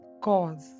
cause